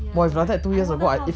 ya I know right I wonder how